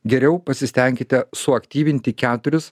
geriau pasistenkite suaktyvinti keturis